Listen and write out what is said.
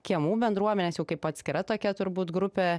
kiemų bendruomenės jau kaip atskira tokia turbūt grupė